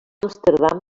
amsterdam